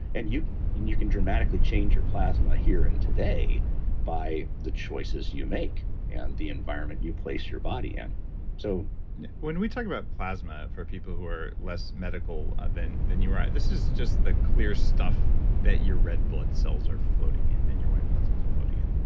and you can can dramatically change your plasma here and today by the choices you make and the environment you place your body in so when we talk about plasma for people who are less medical than than you are, this is just the clear stuff that your red blood cells are floating in and your white blood cells are floating in.